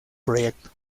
proyecto